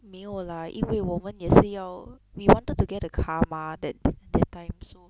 没有 lah 因为我们也是要 we wanted to get a car mah that that time so